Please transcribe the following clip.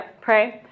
pray